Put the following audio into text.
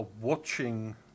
watching